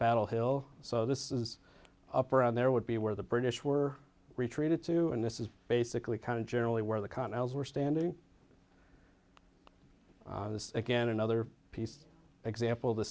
battle hill so this is up around there would be where the british were retreated to and this is basically kind of generally where the connell's were standing again another piece example the